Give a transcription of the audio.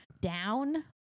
down